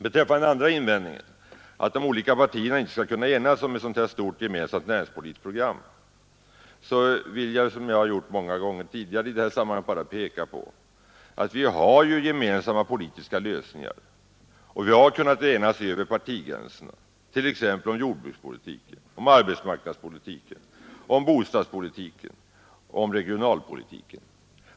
Beträffande den andra invändningen att de olika partierna inte skulle kunna enas om ett sådant här stort gemensamt näringspolitiskt program vill jag såsom jag gjort många gånger tidigare i detta sammanhang bara peka på att vi ju har gemensamma lösningar. Vi har kunnat enas över partigränserna, t.ex. om jordbrukspolitiken, om arbetsmarknadspolitiken, om bostadspolitiken och om regionalpolitiken.